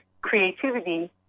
creativity